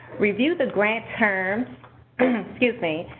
review the grant terms excuse me.